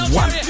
one